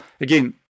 again